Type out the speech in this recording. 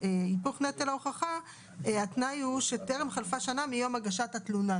היפוך נטל ההוכחה התנאי הוא ש"טרם חלפה שנה מיום הגשת התלונה".